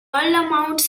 amounts